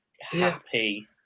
happy